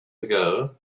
ago